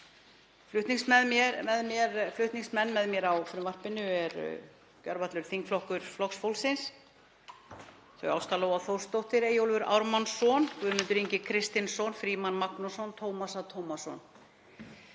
Flutningsmenn með mér á frumvarpinu er gjörvallur þingflokkur Flokks fólksins; Ásthildur Lóa Þórsdóttir, Eyjólfur Ármannsson, Guðmundur Ingi Kristinsson, Jakob Frímann Magnússon og Tómas A. Tómasson.